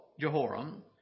Jehoram